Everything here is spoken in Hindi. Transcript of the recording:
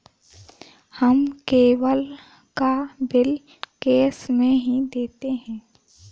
हम केबल का बिल कैश में ही देते हैं